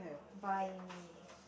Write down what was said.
buy me